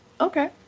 Okay